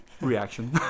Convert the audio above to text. reaction